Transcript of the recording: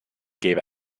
gave